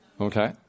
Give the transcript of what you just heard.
Okay